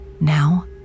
Now